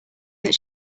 that